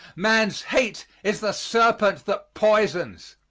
man's hate is the serpent that poisons,